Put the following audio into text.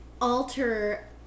Alter